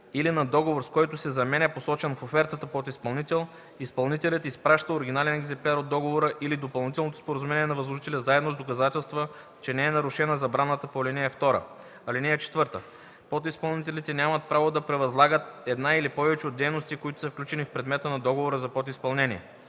или на договор, с който се заменя посочен в офертата подизпълнител, изпълнителят изпраща оригинален екземпляр от договора или допълнителното споразумение на възложителя, заедно с доказателства, че не е нарушена забраната по ал. 2. (4) Подизпълнителите нямат право да превъзлагат една или повече от дейностите, които са включени в предмета на договора за подизпълнение.